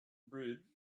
bridge